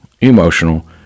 emotional